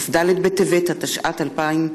כ"ד בטבת התשע"ט,